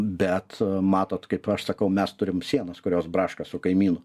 bet matot kaip aš sakau mes turim sienas kurios braška su kaimynu